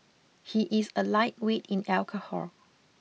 he is a lightweight in alcohol